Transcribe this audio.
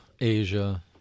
Asia